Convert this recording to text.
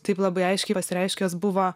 taip labai aiškiai pasireiškęs buvo